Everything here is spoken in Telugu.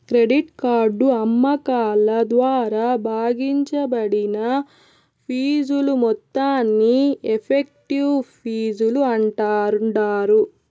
క్రెడిట్ కార్డు అమ్మకాల ద్వారా భాగించబడిన ఫీజుల మొత్తాన్ని ఎఫెక్టివ్ ఫీజులు అంటాండారు